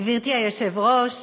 גברתי היושבת-ראש,